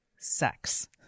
sex